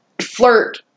flirt